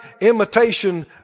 imitation